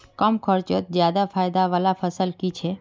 कम खर्चोत ज्यादा फायदा वाला फसल की छे?